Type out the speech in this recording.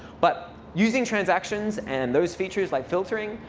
but using transactions and those features like filtering,